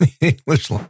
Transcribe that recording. English